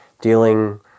dealing